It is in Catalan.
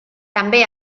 també